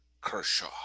Kershaw